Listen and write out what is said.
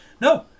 No